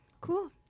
Cool